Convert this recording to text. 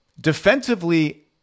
Defensively